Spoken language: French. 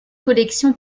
collections